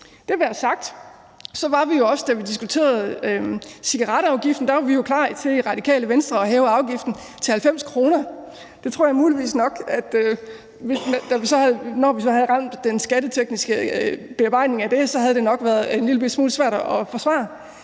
Det være sagt var vi jo også, da vi diskuterede cigaretafgiften, klar til i Radikale Venstre at hæve afgiften til 90 kr. Det havde muligvis nok, når vi så havde fået lavet den skattetekniske bearbejdning af det, været en lille smule svært at forsvare,